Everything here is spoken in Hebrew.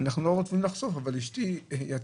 אנחנו לא רוצים לחשוף אבל אשתי יצאה